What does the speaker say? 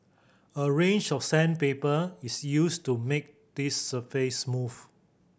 a range of sandpaper is used to make this surface smooth